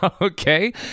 okay